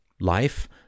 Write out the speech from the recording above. life